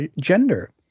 gender